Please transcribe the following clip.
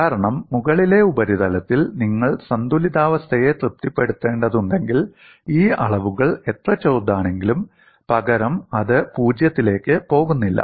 കാരണം മുകളിലെ ഉപരിതലത്തിൽ നിങ്ങൾ സന്തുലിതാവസ്ഥയെ തൃപ്തിപ്പെടുത്തേണ്ടതുണ്ടെങ്കിൽ ഈ അളവുകൾ എത്ര ചെറുതാണെങ്കിലും പകരം അത് 0 ലേക്ക് പോകില്ല